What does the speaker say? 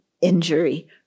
injury